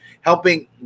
helping